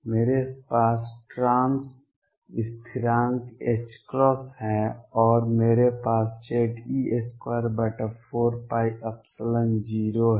मेरे पास ट्रांस स्थिरांक है और मेरे पास Ze24π0 है